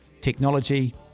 technology